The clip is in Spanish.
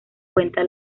cuenta